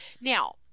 Now